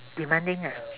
demanding ah